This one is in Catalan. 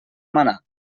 manar